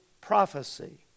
prophecy